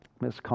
Miss